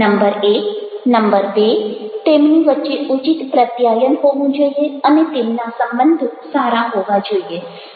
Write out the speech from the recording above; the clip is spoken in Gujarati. નંબર 1 નંબર 2 તેમની વચ્ચે ઉચિત પ્રત્યાયન હોવું જોઈએ અને તેમના સંબંધો સારા હોવા જોઈએ